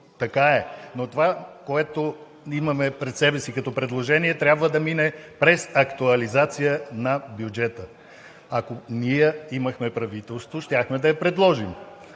така е, но това, което имаме пред себе си като предложение, трябва да мине през актуализация на бюджета. Ако ние имахме правителство, щяхме да я предложим,